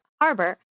Harbor